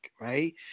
right